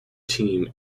team